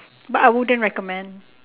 but I wouldn't recommend